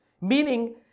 Meaning